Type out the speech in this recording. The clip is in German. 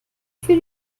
für